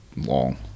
long